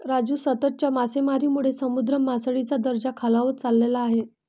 राजू, सततच्या मासेमारीमुळे समुद्र मासळीचा दर्जा खालावत चालला आहे